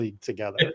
together